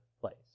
place